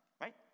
right